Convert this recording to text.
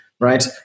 right